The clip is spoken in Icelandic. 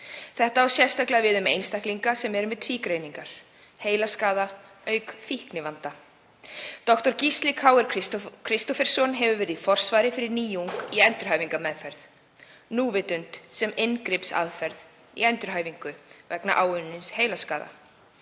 Þetta á sérstaklega við um einstaklinga sem eru með tvígreiningar; heilaskaða auk fíknivanda. Dr. Gísli Kort Kristófersson hefur verið í forsvari fyrir nýjung í endurhæfingarmeðferð, núvitund sem inngripsaðferð í endurhæfingu vegna áunnins heilaskaða.